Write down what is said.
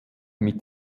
mit